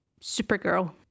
Supergirl